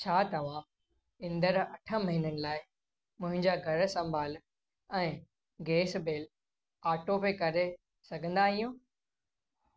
छा तव्हां इंदड़ु अठ महीननि लाइ मुहिंजा घर संभालु ऐं गैस बिल आटोपे करे सघंदा आहियो